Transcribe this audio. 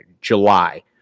July